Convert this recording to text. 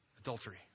Adultery